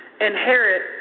inherit